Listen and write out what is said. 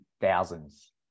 thousands